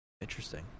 Interesting